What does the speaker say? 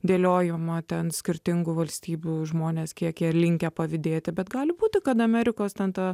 dėliojo moters skirtingų valstybių žmonės kiek jie linkę pavydėti bet gali būti kad amerikos ten ta